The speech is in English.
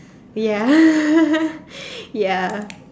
ya ya